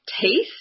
taste